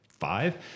five